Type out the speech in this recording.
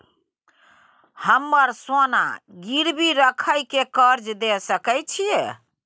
हमरा सोना गिरवी रखय के कर्ज दै सकै छिए?